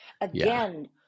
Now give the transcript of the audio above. Again